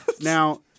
Now